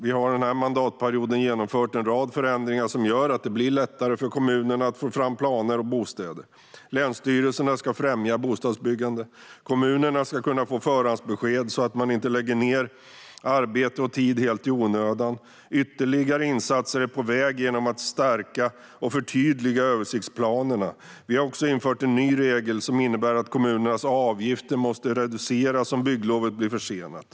Vi har under denna mandatperiod genomfört en rad förändringar som gör att det blir lättare för kommunerna att få fram planer och bostäder. Länsstyrelserna ska främja bostadsbyggande. Kommunerna ska kunna få förhandsbesked så att de inte lägger ned arbete och tid helt i onödan. Ytterligare insatser är på väg genom att översiktsplanerna stärks och förtydligas. Vi har också infört en ny regel som innebär att kommunernas avgifter måste reduceras om bygglovet blir försenat.